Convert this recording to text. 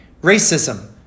racism